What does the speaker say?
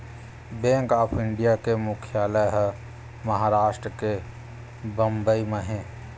bank of India के मुख्यालय ह महारास्ट के बंबई म हे